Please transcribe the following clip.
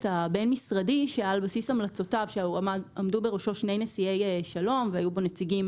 הבין-משרדי בראשו עמדו שני נשיאי שלום והיו בו נציגים